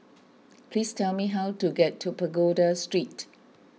please tell me how to get to Pagoda Street